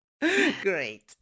great